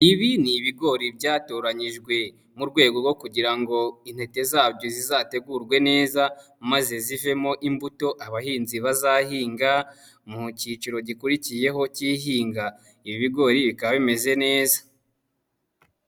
Ibi ni ibigori byatoranyijwe mu rwego rwo kugira ngo intete zabyo zizategurwe neza maze zivemo imbuto abahinzi bazahinga mu cyiciro gikurikiyeho k'ihinga, ibi bigori bikaba bimeze neza.